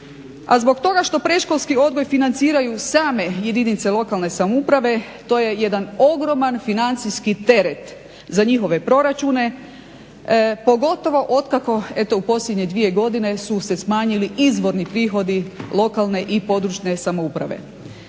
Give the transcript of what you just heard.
A zbog toga što predškolski odgoj financiraju same jedinice lokalne samouprave to je jedna ogroman financijski teret za njihove proračune pogotovo od kako su se u posljednje dvije godine smanjili izvorni prihodi lokalne i područne samouprave.